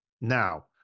Now